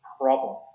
problem